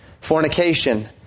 fornication